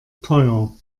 teuer